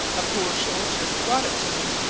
a poor soldier brought it to me,